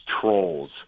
trolls